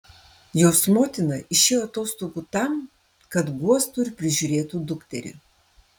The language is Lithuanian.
jos motina išėjo atostogų tam kad guostų ir prižiūrėtų dukterį